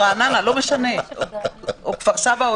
ידענו שיש בעיה אפשרית של חולים בשירות בתי הסוהר,